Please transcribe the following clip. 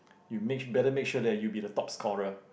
you make sure better make sure that you'll be the top scholar